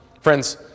Friends